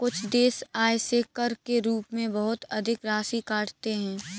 कुछ देश आय से कर के रूप में बहुत अधिक राशि काटते हैं